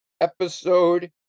episode